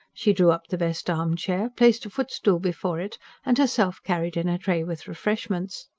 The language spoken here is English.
she drew up the best armchair, placed a footstool before it and herself carried in a tray with refreshments.